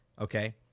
Okay